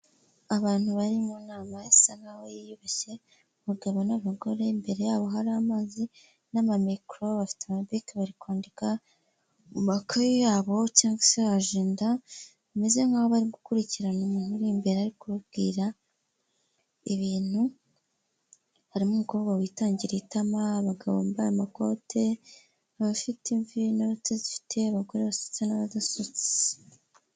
Abantu bari mu nama isa nk'aho yiyubashye , abagabo n'abagabo imbere yabo hari amazi nama mikoro bafite amakaramu( bic) bari kwandika mu makayi yabo cyangwa se ajenda ,bimeze nkaho bari gukurikirana umuntu uri imbere uri kubabwira ibintu harimo umukobwa witangiriye itama , abagabo bambaye amakote, abafite imvi n'abatazifite ,abasutse n'abadasutse.